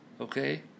Okay